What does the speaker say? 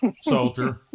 soldier